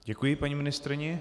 Děkuji paní ministryni.